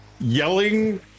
yelling